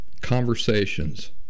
conversations